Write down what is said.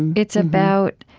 and it's about,